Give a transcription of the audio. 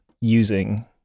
using